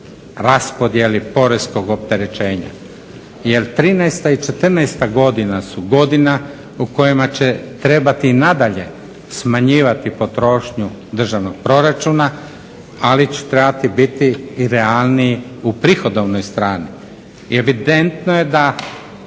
raspodjeli poreskog opterećenja. Jer trinaesta i četrnaesta godina su godina u kojima će trebati i nadalje smanjivati potrošnju državnog proračuna, ali će trebati biti i realniji u prihodovnoj strani. I evidentno je da